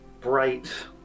bright